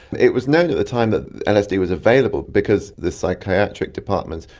it was known at the time that lsd was available because the psychiatric departments,